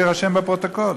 ושיירשם בפרוטוקול,